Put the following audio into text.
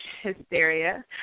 hysteria